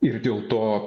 ir dėl to